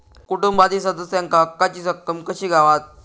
कुटुंबातील सदस्यांका हक्काची रक्कम कशी गावात?